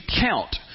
count